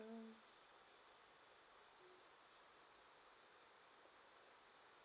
mm